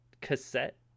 cassette